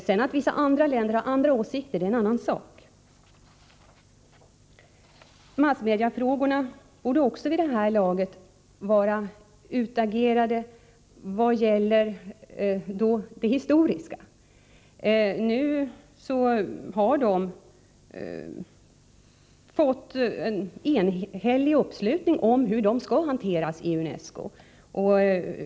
Att vissa andra länder har andra åsikter är en annan sak. Massmediafrågorna borde vid det här laget vara utagerade. Det finns en enhällig uppslutning omkring hur dessa frågor skall hanteras i UNESCO.